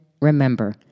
remember